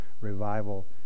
revival